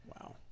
Wow